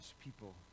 people